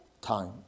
times